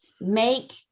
make